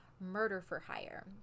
murder-for-hire